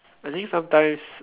I think sometimes